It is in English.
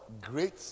great